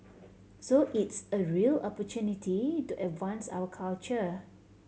so it's a real opportunity to advance our culture